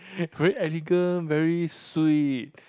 very elegant very sweet